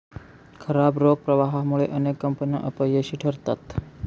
खराब रोख प्रवाहामुळे अनेक कंपन्या अपयशी ठरतात